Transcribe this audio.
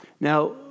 Now